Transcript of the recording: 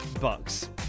Bucks